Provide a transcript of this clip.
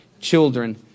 children